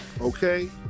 okay